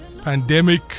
Pandemic